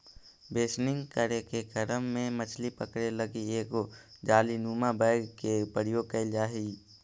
बेसनिंग करे के क्रम में मछली पकड़े लगी एगो जालीनुमा बैग के प्रयोग कैल जा हइ